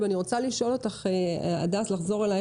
המודיעין שלנו עובד.